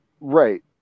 Right